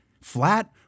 flat